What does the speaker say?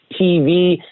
TV